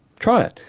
try it.